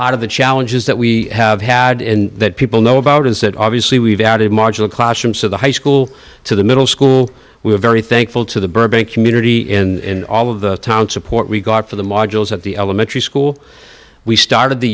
part of the challenges that we have had and that people know about is that obviously we've added marginal classrooms to the high school to the middle school we're very thankful to the burbank community in all of the town support we got for the modules at the elementary school we started the